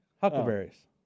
Huckleberries